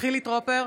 חילי טרופר,